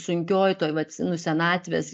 sunkioj toj vat nu senatvės